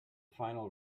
final